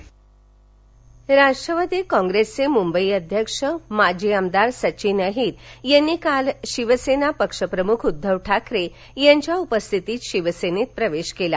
अहीर राष्ट्रवादी काँप्रेसचे मुंबई अध्यक्ष माजी आमदार सचिन अहिर यांनी काल शिवसेना पक्षप्रमुख उद्धव ठाकरे यांच्या उपस्थितीत शिवसेनेत प्रवेश केला